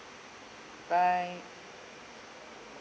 bye